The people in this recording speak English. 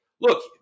look